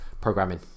programming